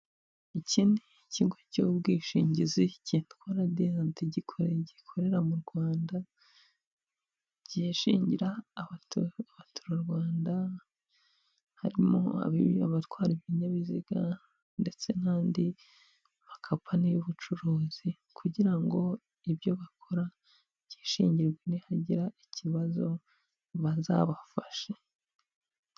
Iki ni ikigo cy'ubwishingizi cyitwa Radiant gikorera mu Rwanda kishingira abaturarwanda harimo abatwara ibinyabiziga ndetse n'andi ma kampani y'ubucuruzi kugira ngo ibyo bakora byishingirwe nihagira ikibazo bazabafashe.